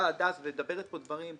באה הדס ומדברת פה דברים,